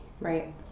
Right